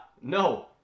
no